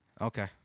Okay